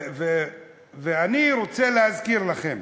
אני רוצה להזכיר לכם